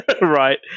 right